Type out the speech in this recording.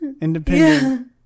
independent